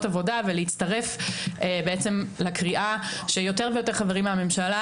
עבודה ולהצטרף לקריאה של יותר ויותר חברים מהממשלה